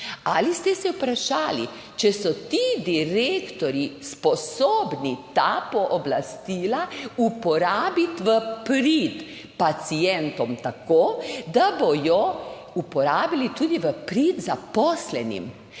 Ali ste se vprašali, če so ti direktorji sposobni ta pooblastila uporabiti v prid pacientom tako, da bodo uporabili tudi v prid zaposlenim